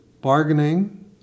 bargaining